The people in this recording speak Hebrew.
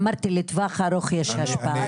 אמרתי לטווח ארוך יש השפעה,